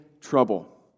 trouble